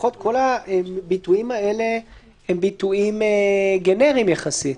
לפחות כל הביטויים האלה הם ביטויים גנריים יחסית.